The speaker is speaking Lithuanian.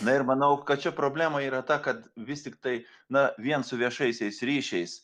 na ir manau kad čia problema yra ta kad vis tiktai na vien su viešaisiais ryšiais